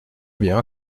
bien